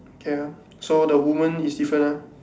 okay ah so the woman is different ah